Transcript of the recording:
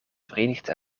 verenigde